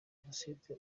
jenoside